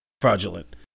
fraudulent